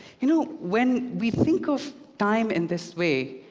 you know, when we think of time in this way,